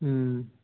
ம்